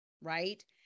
right